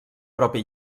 propi